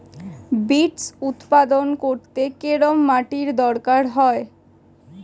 Beets উৎপাদন করতে কেরম মাটির দরকার হয়?